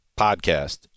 podcast